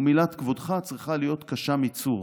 ומילת כבודך צריכה להיות קשה מצור.